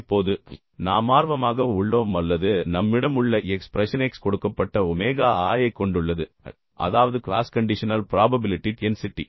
இப்போது நாம் ஆர்வமாக உள்ளோம் அல்லது நம்மிடம் உள்ள எக்ஸ்பிரஷன் X கொடுக்கப்பட்ட ஒமேகா I ஐக் கொண்டுள்ளது அதாவது க்ளாஸ் கண்டிஷனல் ப்ராபபிலிட்டி டென்சிட்டி